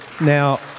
Now